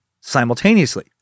simultaneously